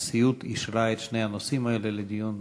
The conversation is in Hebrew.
הנשיאות אישרה את שני הנושאים האלה לדיון